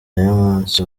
y’umunsi